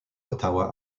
ottawa